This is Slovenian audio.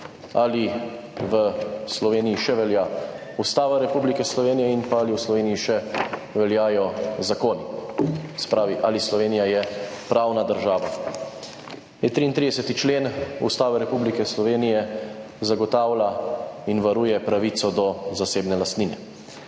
Ali v Sloveniji še velja Ustava Republike Slovenije in pa ali v Sloveniji še veljajo zakoni? Se pravi, ali Slovenija je pravna država je 33. člen Ustave Republike Slovenije zagotavlja in varuje pravico do zasebne lastnine